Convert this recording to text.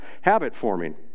habit-forming